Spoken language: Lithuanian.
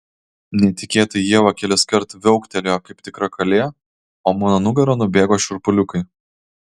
netikėtai ieva keliskart viauktelėjo kaip tikra kalė o mano nugara nubėgo šiurpuliukai